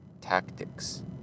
tactics